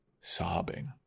sobbing